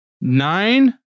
Nine